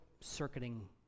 circuiting